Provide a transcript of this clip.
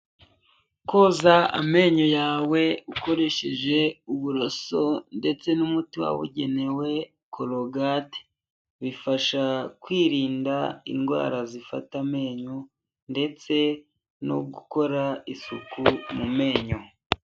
Koza amenyo yawe ukoresheje uburoso, ndetse n'umutima wabugenewe korogate, bifasha kwirinda indwara zifata amenyo, ndetse no gukora isuku mu menyo.